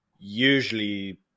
Usually